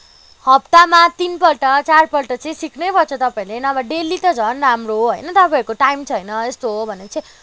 हप्तामा तिनपल्ट चारपल्ट चाहिँ सिक्नै पर्छ तपाईँहरूले होइन अब डेली त झन राम्रो हो होइन तपाईँहरूको टाइम छैन यस्तो हो भने चाहिँ